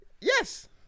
Yes